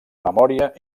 memòria